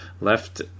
left